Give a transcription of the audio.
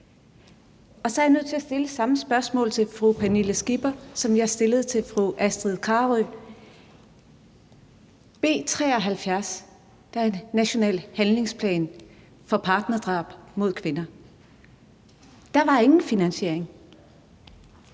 og så er jeg nødt til at stille det samme spørgsmål til fru Pernille Skipper, som jeg stillede til fru Astrid Carøe. I B 73, det handler om en national handlingsplan for partnerdrab mod kvinder, var der ingen finansiering,